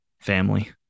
family